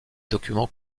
documents